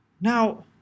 Now